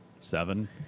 seven